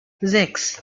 sechs